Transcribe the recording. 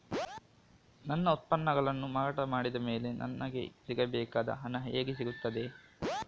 ನನ್ನ ಉತ್ಪನ್ನಗಳನ್ನು ಮಾರಾಟ ಮಾಡಿದ ಮೇಲೆ ನನಗೆ ಸಿಗಬೇಕಾದ ಹಣ ಹೇಗೆ ಸಿಗುತ್ತದೆ?